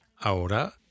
Ahora